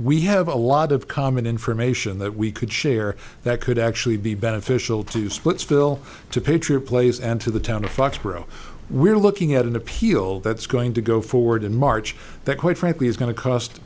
we have a lot of common information that we could share that could actually be beneficial to splitsville to patriot place and to the town of foxborough we're looking at an appeal that's going to go forward in march that quite frankly is going to cost